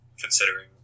considering